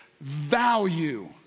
value